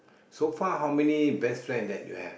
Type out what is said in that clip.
so far how many best friend that you have